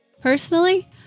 Personally